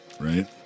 right